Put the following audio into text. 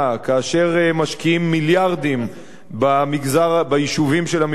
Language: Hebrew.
כאשר משקיעים מיליארדים ביישובים של המגזר